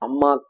Amma